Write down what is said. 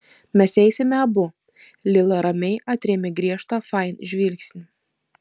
mes eisime abu lila ramiai atrėmė griežtą fain žvilgsnį